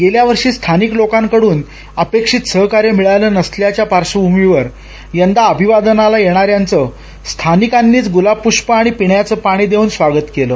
गेल्यावर्षी स्थानिक लोकाकडून अपेक्षित सहकार्य मिळाल नसल्याच्या पार्श्वभुमीवर यदा अभिवादनाला येणाऱ्यांचं स्थानिकांनीच गुलाब प्ष्प आणि पिण्याचं पाणी देऊन स्वागत केलं